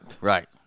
Right